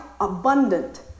abundant